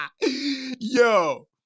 yo